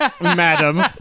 madam